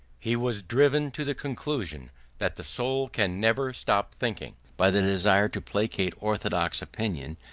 he was driven to the conclusion that the soul can never stop thinking, by the desire to placate orthodox opinion,